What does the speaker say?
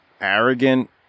arrogant